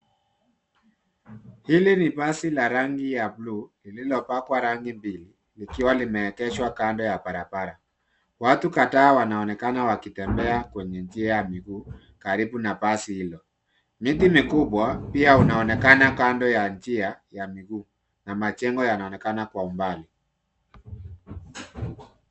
Hili ni basi ya rangi ya bluu, lililopakwa rangi mbili, likiwa limeegeshwa kando ya barabara. Watu kadhaa wanaonekana wakitembea kwenye njia ya miguu, karibu na basi hilo, miti mikubwa, pia unaonekana kando ya njia, ya miguu, na majengo yanaonekana kwa umbali.